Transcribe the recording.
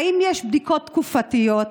האם יש בדיקות תקופתיות?